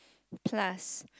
plus